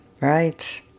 right